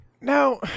Now